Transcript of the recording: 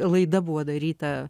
laida buvo daryta